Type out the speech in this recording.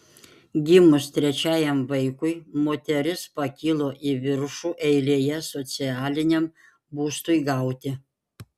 gimus trečiajam vaikui moteris pakilo į viršų eilėje socialiniam būstui gauti